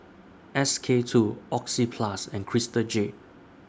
S K two Oxyplus and Crystal Jade